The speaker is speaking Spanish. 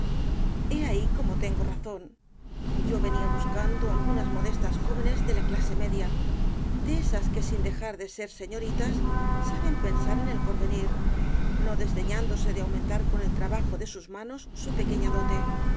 he ahí como tengo razón yo venía buscando algunas modestas jóvenes de la clase media de esas rosalía de castro que sin dejar de ser señoritas saben pensar en el porvenir no desdeñándose de aumentar con el trabajo de sus manos su pequeña dote